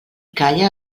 calla